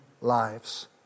lives